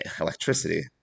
electricity